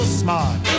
smart